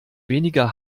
weniger